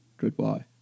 Goodbye